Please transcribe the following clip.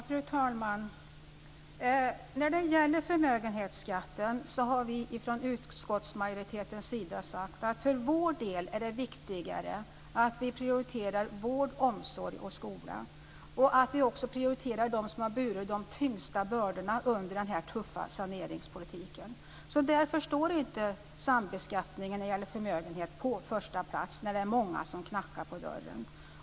Fru talman! När det gäller förmögenhetsskatten har vi från utskottsmajoritetens sida sagt att det för vår del är det viktigare att vi prioriterar vård, omsorg och skola och att vi också prioriterar dem som har burit de tyngsta bördorna under den här tuffa saneringspolitiken. Därför står inte sambeskattningen när det gäller förmögenhet på första plats när det är många som knackar på dörren.